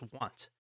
want